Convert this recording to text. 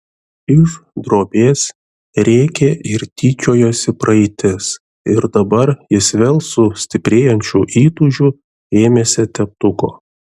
iš drobės rėkė ir tyčiojosi praeitis ir dabar jis vėl su stiprėjančiu įtūžiu ėmėsi teptuko